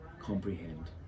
comprehend